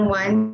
one